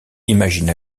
imagine